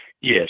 yes